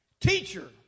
Teacher